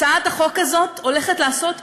הצעת החוק הזאת הולכת לעשות מהפכה,